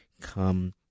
come